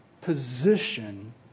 position